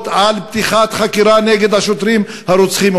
על פתיחת חקירה נגד השוטרים הרוצחים,